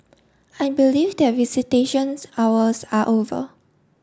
I believe that visitations hours are over